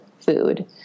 food